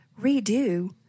redo